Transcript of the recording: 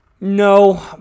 No